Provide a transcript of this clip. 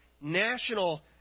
national